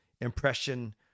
impression